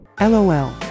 LOL